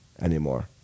anymore